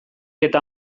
eta